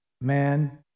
man